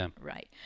Right